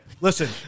Listen